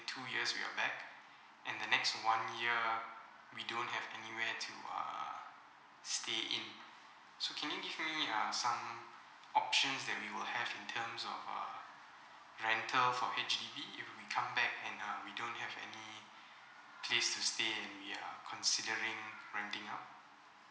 two years we are back and the next one year we don't have anywhere to uh stay in so can you give me uh some options that we will have in terms of uh rental for H_D_B if we come back and err we don't have any place to stay and we are considering renting out